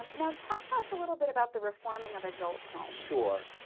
um now, talk to us a little bit about the reforming of adult homes. sure,